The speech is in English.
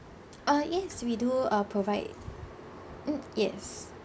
uh yes we do uh provide mm yes